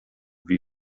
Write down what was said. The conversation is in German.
wie